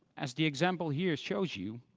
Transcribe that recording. as the example here shows you,